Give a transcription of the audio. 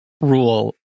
rule